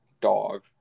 dog